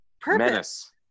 purpose